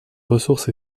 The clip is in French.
ressources